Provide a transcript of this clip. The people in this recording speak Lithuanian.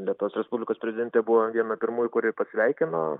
lietuvos respublikos prezidentė buvo viena pirmųjų kuri pasveikino